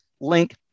link